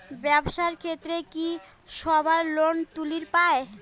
ব্যবসার ক্ষেত্রে কি সবায় লোন তুলির পায়?